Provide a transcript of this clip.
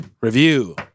Review